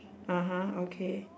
(uh huh) okay